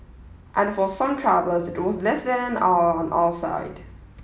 and for some travellers it was less than an hour on our side